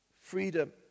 freedom